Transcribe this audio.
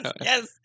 yes